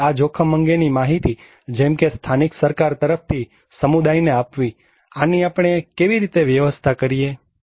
તેથી આ જોખમ અંગેની માહિતી જેમકે સ્થાનિક સરકાર તરફથી સમુદાયને આપવી આની આપણે કેવી રીતે વ્યવસ્થા કરીએ